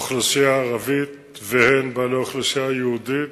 אוכלוסייה ערבית והן בעלי אוכלוסייה יהודית.